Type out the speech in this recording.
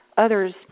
Others